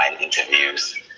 interviews